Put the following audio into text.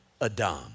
Adam